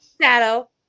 Shadow